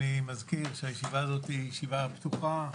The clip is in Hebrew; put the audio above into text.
אני מזכיר שהישיבה הזו היא ישיבה פתוחה,